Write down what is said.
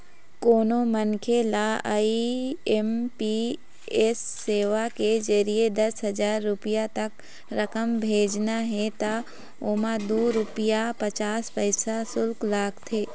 कोनो मनखे ल आई.एम.पी.एस सेवा के जरिए दस हजार रूपिया तक रकम भेजना हे त ओमा दू रूपिया पचास पइसा सुल्क लागथे